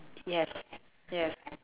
yes yes